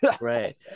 Right